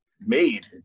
made